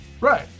Right